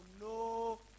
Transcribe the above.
no